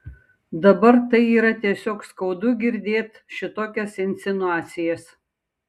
dabar tai yra tiesiog skaudu girdėt šitokias insinuacijas